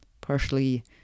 partially